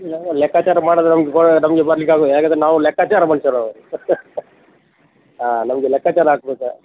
ಲೆಕ್ಕಾಚಾರ ಮಾಡದೆ ನಮಗೆ ಬ ನಮಗೆ ಬರ್ಲಿಕ್ಕಾಗು ಯಾಕಂದರೆ ನಾವು ಲೆಕ್ಕಾಚಾರ ಮನುಷ್ಯರು ಹಾಂ ನಮಗೆ ಲೆಕ್ಕಾಚಾರ ಹಾಕ್ಬೇಕು